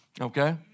Okay